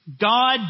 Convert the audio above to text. God